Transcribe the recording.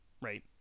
Right